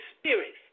spirit